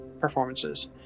performances